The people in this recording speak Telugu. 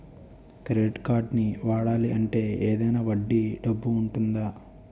క్రెడిట్ కార్డ్ని వాడాలి అంటే ఏదైనా వడ్డీ డబ్బు ఉంటుందా?